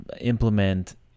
implement